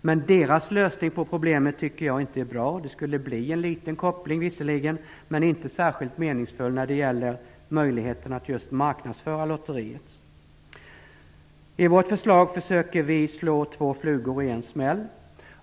Men jag tycker inte att deras lösning på problemet är bra. Det skulle visserligen bli en liten koppling, men den är inte särskilt meningsfull när det gäller möjligheterna att just marknadsföra lotteriet. I vårt förslag försöker vi slå två flugor i en smäll.